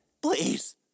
please